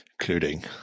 including